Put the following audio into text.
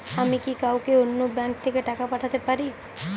আমি কি কাউকে অন্য ব্যাংক থেকে টাকা পাঠাতে পারি?